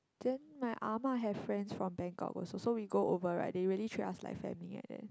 then my ah ma have friends from Bangkok also so we go over right they really treat us like family like that